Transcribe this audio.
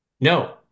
no